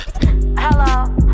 Hello